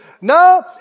No